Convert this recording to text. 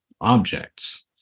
objects